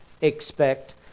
expect